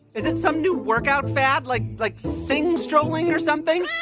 is it some new workout fad, like like sing-strolling or something?